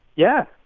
yeah.